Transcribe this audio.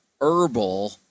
herbal